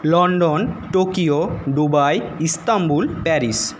London Tokyo Dubai Istanbul Paris